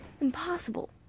Impossible